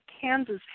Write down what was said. Kansas